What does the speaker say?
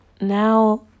Now